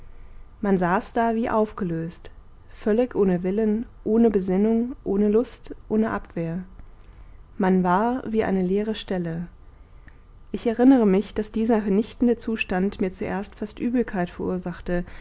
man saß da wie aufgelöst völlig ohne willen ohne besinnung ohne lust ohne abwehr man war wie eine leere stelle ich erinnere mich daß dieser vernichtende zustand mir zuerst fast übelkeit verursachte